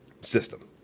system